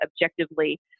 objectively